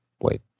Wait